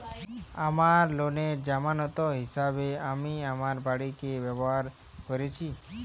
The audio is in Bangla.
আমার লোনের জামানত হিসেবে আমি আমার বাড়িকে ব্যবহার করেছি